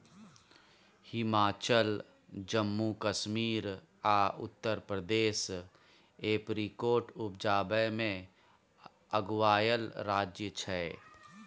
हिमाचल, जम्मू कश्मीर आ उत्तर प्रदेश एपरीकोट उपजाबै मे अगुआएल राज्य छै